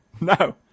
No